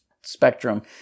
spectrum